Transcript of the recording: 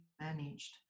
managed